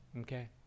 Okay